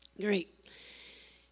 Great